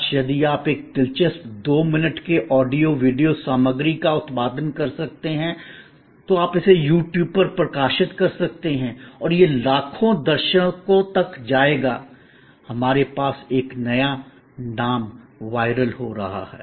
आज यदि आप एक दिलचस्प 2 मिनट के ऑडियो वीडियो सामग्री का उत्पादन कर सकते हैं तो आप इसे YouTube पर प्रकाशित कर सकते हैं और यह लाखों दर्शकों तक जाएगा हमारे पास एक नया नाम वायरल हो रहा है